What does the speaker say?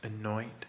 anoint